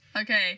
Okay